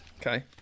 Okay